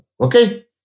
Okay